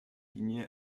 linie